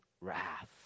wrath